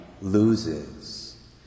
loses